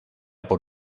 por